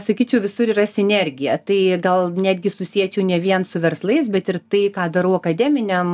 sakyčiau visur yra sinergija tai gal netgi susiečiau ne vien su verslais bet ir tai ką darau akademiniam